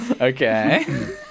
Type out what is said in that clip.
okay